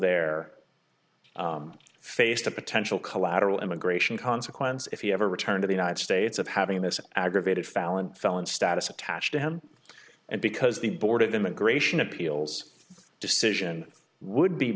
there faced a potential collateral immigration consequences if he ever returned to the united states of having this aggravated falun felon status attached to him and because the board of immigration appeals decision would